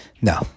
No